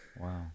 Wow